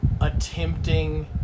attempting